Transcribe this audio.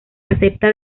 acepta